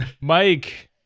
Mike